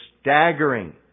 staggering